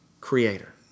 creator